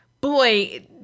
boy